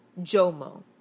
Jomo